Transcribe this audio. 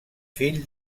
fill